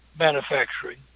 manufacturing